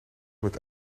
met